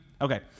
Okay